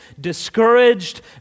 discouraged